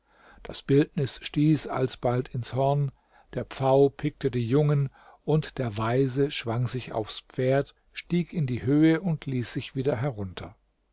das bildnis stieß alsbald ins horn der pfau pickte die jungen und der weise schwang sich aufs pferd stieg in die höhe und ließ sich wieder herunter